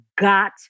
got